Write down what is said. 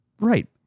Right